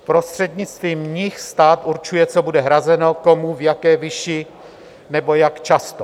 Prostřednictvím nich stát určuje, co bude hrazeno, komu, v jaké výši nebo jak často.